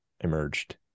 emerged